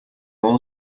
all